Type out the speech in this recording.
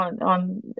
on